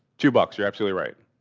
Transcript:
two bucks. you're absolutely right.